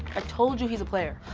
told you he's a player.